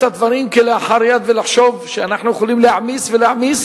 הדברים כלאחר יד ולחשוב שאנחנו יכולים להעמיס ולהעמיס.